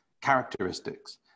characteristics